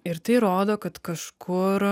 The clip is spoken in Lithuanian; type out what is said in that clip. ir tai rodo kad kažkur